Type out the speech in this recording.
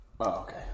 okay